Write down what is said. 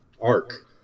arc